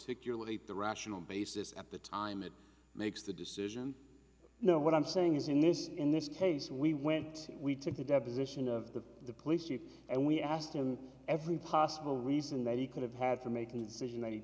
securely the rational basis at the time it makes the decision you know what i'm saying is in this in this case we went we took the deposition of the the police chief and we asked him every possible reason that he could have had for making the decision that he